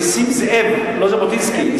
נסים זאב, לא ז'בוטינסקי.